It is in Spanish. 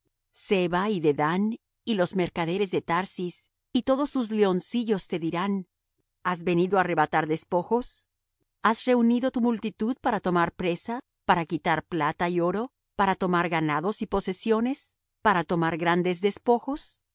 seba y dedán y los mercaderes de tarsis y todos sus leoncillos te dirán has venido á arrebatar despojos has reunido tu multitud para tomar presa para quitar plata y oro para tomar ganados y posesiones para tomar grandes despojos por